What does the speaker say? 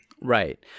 Right